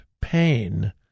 pain